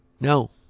No